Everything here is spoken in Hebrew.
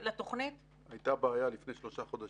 הרי היה סיפור שלם,